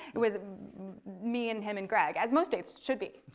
with me and him and greg, as most dates should be,